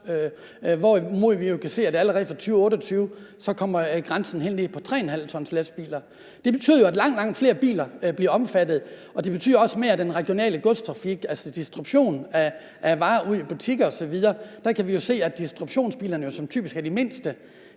hvorimod vi kan se, at grænsen allerede fra 2028 kommer ned på 3,5 t. Det betyder jo, at langt, langt flere biler bliver omfattet, og det betyder også mere for den regionale trafik, altså distributionen af varer ud til butikker osv. Der kan vi jo se, at distributionsbilerne, som typisk er de mindste,